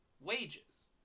Wages